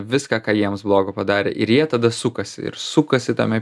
viską ką jiems blogo padarė ir jie tada sukasi ir sukasi tame